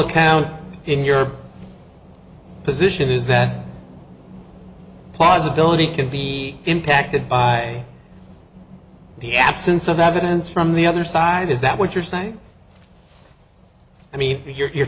account in your position is that possibility can be impacted by the absence of evidence from the other side is that what you're saying i mean you're